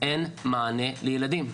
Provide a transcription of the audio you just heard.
אין מענה לילדים.